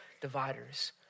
dividers